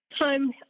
time